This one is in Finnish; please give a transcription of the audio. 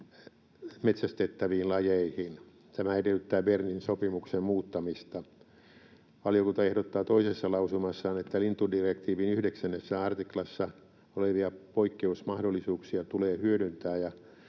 metsästettäviin lajeihin. Tämä edellyttää Bernin sopimuksen muuttamista. Valiokunta ehdottaa toisessa lausumassaan, että lintudirektiivin 9 artiklassa olevia poikkeusmahdollisuuksia tulee hyödyntää ja